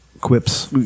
Quips